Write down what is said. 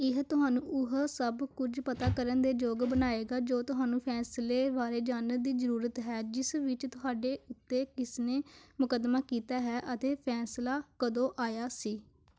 ਇਹ ਤੁਹਾਨੂੰ ਉਹ ਸਭ ਕੁਝ ਪਤਾ ਕਰਨ ਦੇ ਯੋਗ ਬਣਾਏਗਾ ਜੋ ਤੁਹਾਨੂੰ ਫੈਸਲੇ ਬਾਰੇ ਜਾਣਨ ਦੀ ਜ਼ਰੂਰਤ ਹੈ ਜਿਸ ਵਿੱਚ ਤੁਹਾਡੇ ਉੱਤੇ ਕਿਸ ਨੇ ਮੁਕੱਦਮਾ ਕੀਤਾ ਹੈ ਅਤੇ ਫੈਸਲਾ ਕਦੋਂ ਆਇਆ ਸੀ